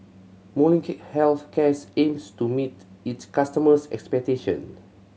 Molnylcke Health Care aims to meet its customers' expectations